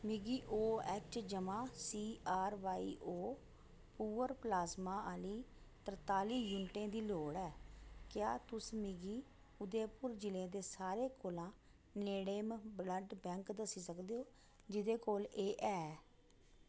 मिगी O H जमा C R Y O poor plasma आह्ली तरताली यूनटें दी लोड़ ऐ क्या तुस मिगी उदयपुर जि'ले दे सारें कोला नेड़मे ब्लड बैंक दस्सी सकदे ओ जिं'दे कोल एह् है